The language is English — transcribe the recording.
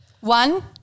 One